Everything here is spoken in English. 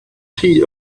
tea